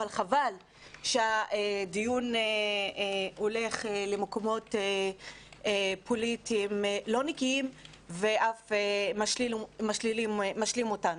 אבל חבל שהדיון הולך למקומות פוליטיים לא נקיים וגם משלים אותנו.